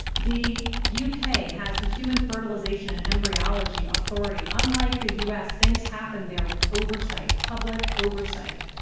the u. k. has the human fertilization and embryology authority. unlike the u. s, things happen there with oversight, public oversight.